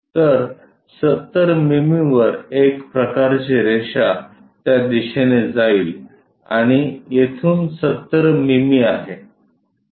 तर 70 मिमी वर एक प्रकारची रेषा त्या दिशेने जाईल आणि येथून 70 मिमी आहे